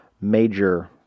major